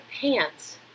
pants